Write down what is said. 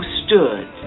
stood